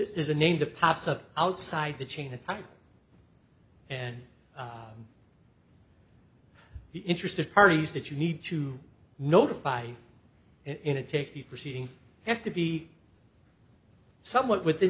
is a name the pops up outside the chain of time and the interested parties that you need to notify in and take the proceedings have to be somewhat within